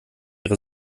ihre